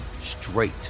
straight